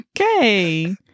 okay